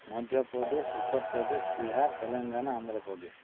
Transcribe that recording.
Madhya Pradesh Uttar Pradesh Bihar Telangana Andhra Pradesh